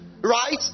right